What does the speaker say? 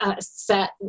set